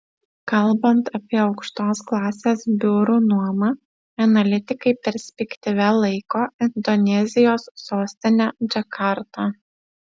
kalbant apie aukštos klasės biurų nuomą analitikai perspektyvia laiko indonezijos sostinę džakartą